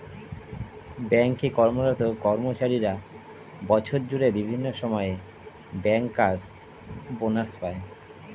bank এ কর্মরত কর্মচারীরা বছর জুড়ে বিভিন্ন সময়ে ব্যাংকার্স বনাস পায়